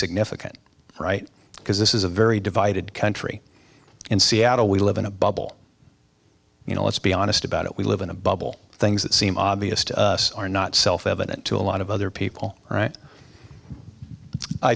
significant right because this is a very divided country in seattle we live in a bubble you know let's be honest about it we live in a bubble things that seem obvious to us are not self evident to a lot of other people right i